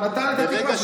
אתה, אל תשכתב עכשיו.